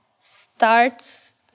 starts